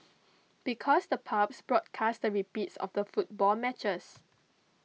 because the pubs broadcast the repeats of the football matches